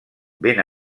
ben